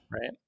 Right